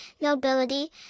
nobility